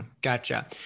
Gotcha